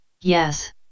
Yes